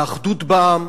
באחדות בעם.